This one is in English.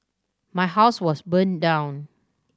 my house was burned down